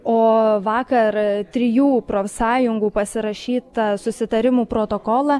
o vakar trijų profsąjungų pasirašytą susitarimų protokolą